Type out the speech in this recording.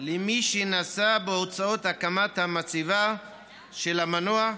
למי שנשא בהוצאות הקמת המצבה של המנוח,